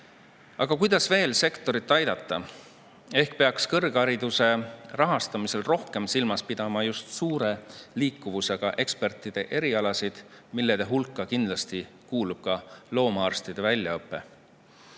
Aga kuidas veel sektorit aidata? Ehk peaks kõrghariduse rahastamisel rohkem silmas pidama just suure liikuvusega ekspertide erialasid, mille hulka kuulub kindlasti ka loomaarstide väljaõpe.